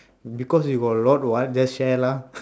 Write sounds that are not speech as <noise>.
because you got a lot [what] just share lah <laughs>